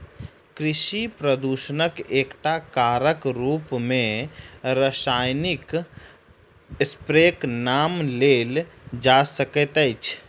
कृषि प्रदूषणक एकटा कारकक रूप मे रासायनिक स्प्रेक नाम लेल जा सकैत अछि